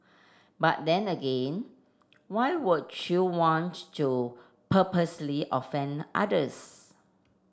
but then again why would you want to purposely offend others